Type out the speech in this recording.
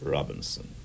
Robinson